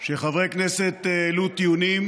וחברי כנסת העלו טיעונים,